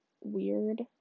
weird